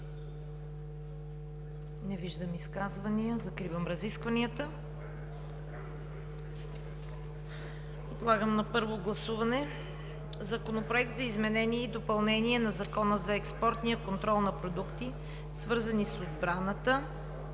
Не виждам изказвания. Закривам разискванията. Подлагам на първо гласуване Законопроект за изменение и допълнение на Закона за експортния контрол на продукти, свързани с отбраната,